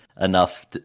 enough